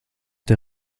der